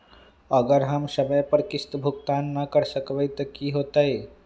अगर हम समय पर किस्त भुकतान न कर सकवै त की होतै?